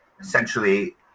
essentially